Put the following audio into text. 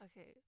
okay